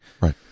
Right